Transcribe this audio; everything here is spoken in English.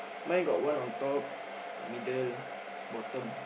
mine got one on top middle bottom